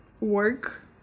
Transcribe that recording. work